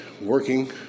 working